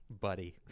Buddy